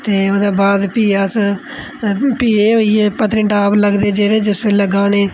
ते ओह्दे बाद फ्ही अस फ्ही एह् होई गे पत्नीटाप लगदे जेह्ड़ेेेेेेेेेेे जिस बेल्लै गाने